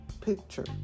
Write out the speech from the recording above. picture